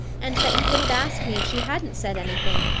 and that you would have asked me if she hadn't said anything,